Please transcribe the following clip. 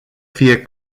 fie